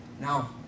Now